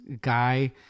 guy